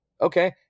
Okay